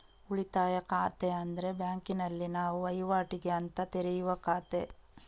ಉಳಿತಾಯ ಖಾತೆ ಅಂದ್ರೆ ಬ್ಯಾಂಕಿನಲ್ಲಿ ನಾವು ವೈವಾಟಿಗೆ ಅಂತ ತೆರೆಯುವ ಖಾತೆ